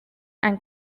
and